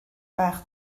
bach